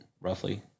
roughly